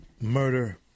murder